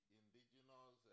indigenous